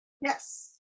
Yes